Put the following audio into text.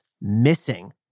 missing